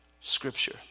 scripture